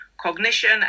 cognition